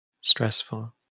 stressful